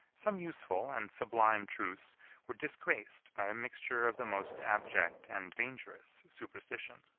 some useful and sublime truths were disgraced by a mixture of the most abject and dangerous superstition.